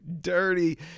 dirty